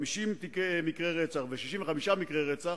50 מקרי רצח ו-65 מקרי רצח,